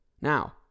Now